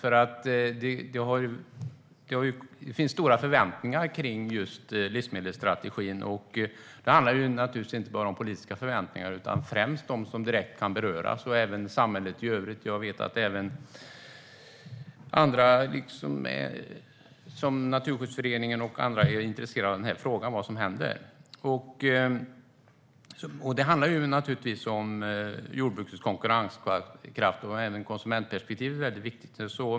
Det finns stora förväntningar på livsmedelsstrategin. Det handlar inte bara om politiska förväntningar utan främst om de som direkt kan beröras och även samhället i övrigt. Jag vet att också andra, såsom Naturskyddsföreningen, är intresserade av vad som händer. Det handlar om jordbrukets konkurrenskraft, men även konsumentperspektivet är viktigt.